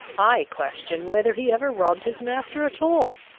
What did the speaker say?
i question whether he ever robbed his master at all.